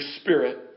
spirit